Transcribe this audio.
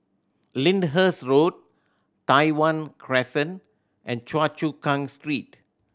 Lyndhurst Road Tai Hwan Crescent and Choa Chu Kang Street